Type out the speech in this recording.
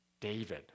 David